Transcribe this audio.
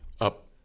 up